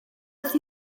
wrth